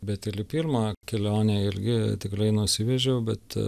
bet ir į pirmą kelionę irgi tikrai nusivežiau bet